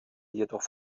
jedoch